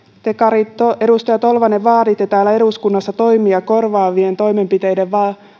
te edustaja tolvanen vaaditte täällä eduskunnassa toimia korvaavien toimenpiteiden